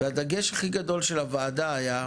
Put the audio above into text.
הדגש הכי גדול של הוועדה היה: